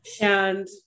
And-